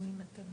וגם